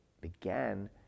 began